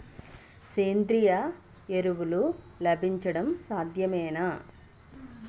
సేంద్రీయ ఎరువులు లభించడం సాధ్యమేనా?